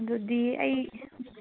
ꯑꯗꯨꯗꯤ ꯑꯩ